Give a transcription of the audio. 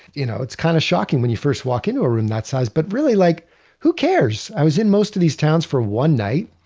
you know it's kind of shocking when you first walk into a room that size. but really, like who cares? i was in most of these towns for one night.